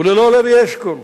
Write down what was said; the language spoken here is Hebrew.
וללא לוי אשכול,